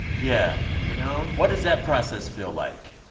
yeah you know? what does that process feel like,